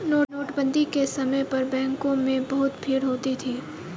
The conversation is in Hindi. नोटबंदी के समय पर बैंकों में बहुत भीड़ होती थी